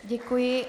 Děkuji.